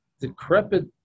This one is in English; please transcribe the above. decrepit